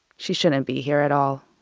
she shouldn't be here at all.